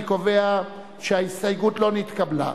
אני קובע שההסתייגות לא נתקבלה.